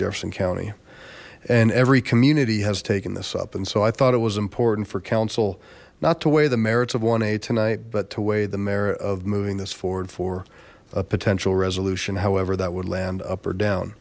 jefferson county and every community has taken this up and so i thought it was important for council not to weigh the merits of a tonight but to weigh the merit of moving this forward for a potential resolution however that would land up or down